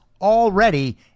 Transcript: already